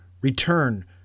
return